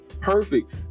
perfect